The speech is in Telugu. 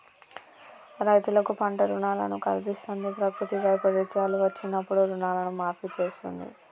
రైతులకు పంట రుణాలను కల్పిస్తంది, ప్రకృతి వైపరీత్యాలు వచ్చినప్పుడు రుణాలను మాఫీ చేస్తుంది